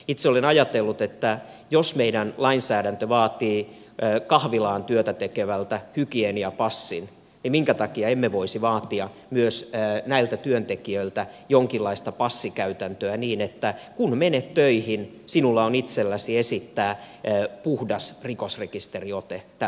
itse olen ajatellut että jos meidän lainsäädäntömme vaatii kahvilassa työtä tekevältä hygieniapassin minkä takia emme voisi vaatia myös näiltä työntekijöiltä jonkinlaista passikäytäntöä niin että kun menet töihin sinulla on itselläsi esittää puhdas rikosrekisteriote tältä osin